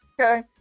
Okay